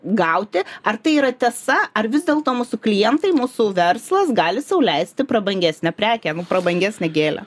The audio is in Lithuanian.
gauti ar tai yra tiesa ar vis dėlto mūsų klientai mūsų verslas gali sau leisti prabangesnę prekę prabangesnę gėlę